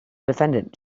defendant